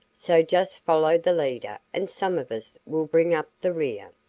so just follow the leader and some of us will bring up the rear.